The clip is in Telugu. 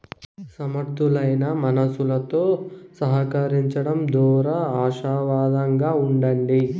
సమర్థులైన మనుసులుతో సహకరించడం దోరా ఆశావాదంగా ఉండండి